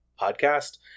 podcast